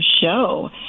show